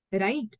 right